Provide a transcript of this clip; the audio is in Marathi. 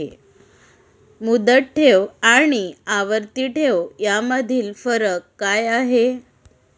मुदत ठेव आणि आवर्ती ठेव यामधील फरक काय आहे?